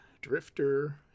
Drifter